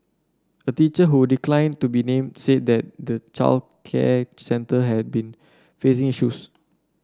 a teacher who declined to be named said that the childcare centre had been facing issues